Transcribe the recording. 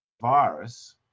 virus